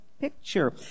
picture